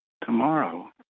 tomorrow